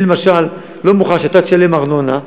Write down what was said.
אני, למשל, לא מוכן שאתה תשלם ארנונה,